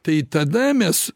tai tada mes